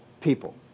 people